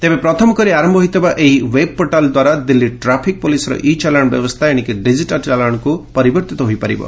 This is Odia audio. ତେବେ ପ୍ରଥମ କରି ଆରମ୍ଭ ହୋଇଥିବା ଏହି ଓ୍ୱେବ୍ପୋର୍ଟାଲ୍ ଦ୍ୱାରା ଦିଲ୍ଲୀ ଟ୍ରାଫିକ୍ ପୋଲିସ୍ର ଇ ଚାଲାଣ ବ୍ୟବସ୍ଥା ଏଶିକି ଡିଜିଟାଲ୍ ଚାଲାଣକୁ ପରିବର୍ତ୍ତିତ ହୋଇପାରିବ